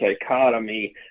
dichotomy